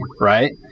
right